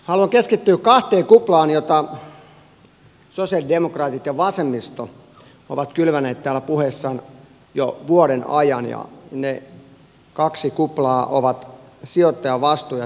haluan keskittyä kahteen kuplaan joita sosialidemokraatit ja vasemmisto ovat kylväneet täällä puheissaan jo vuoden ajan ja ne kaksi kuplaa ovat sijoittajavastuu ja täydet vakuudet